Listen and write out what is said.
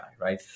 right